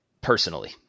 personally